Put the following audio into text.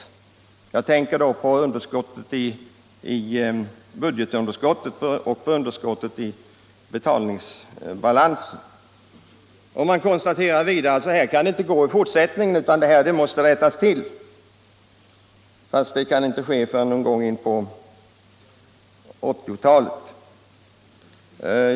Jag tänker här på budgetunderskottet och på underskottet i vår betalningsbalans. Likaså konstaterar man i betänkandet att det inte kan få fortgå på det sättet längre, utan att det måste rättas till. Men det kan inte ske förrän på 1980-talet.